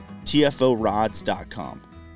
tforods.com